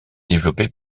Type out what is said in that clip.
développé